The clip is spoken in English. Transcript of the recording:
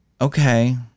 Okay